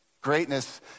Greatness